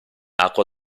acqua